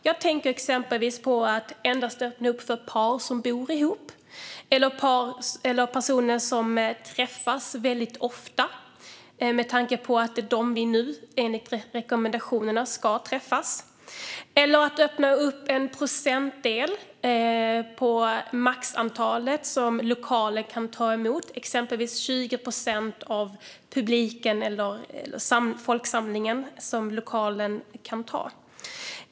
Det kan till exempel gälla att öppna för par som bor ihop, eller personer som träffas ofta, med tanke på att det är dem vi nu enligt rekommendationerna ska träffa, eller att öppna för en procentandel av maxantalet som en lokal kan ta emot. Det kan vara fråga om 20 procent av en publik eller folksamling som en lokal kan ta.